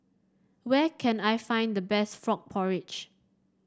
where can I find the best Frog Porridge